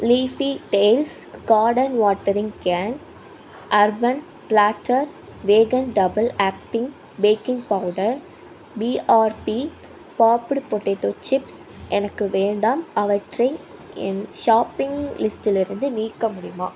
leafy dales garden watering can urban platter vegan double acting baking powder BRB popped potato chips எனக்கு வேண்டாம் அவற்றை என் shopping லிஸ்டிலிருந்து நீக்க முடியுமா